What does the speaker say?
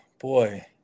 boy